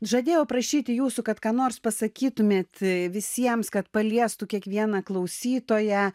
žadėjau prašyti jūsų kad ką nors pasakytumėt visiems kad paliestų kiekvieną klausytoją